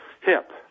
hip